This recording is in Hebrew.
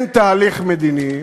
אין תהליך מדיני,